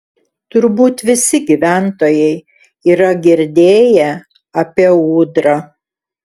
turbūt visi gyventojai yra girdėję apie ūdrą